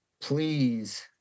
please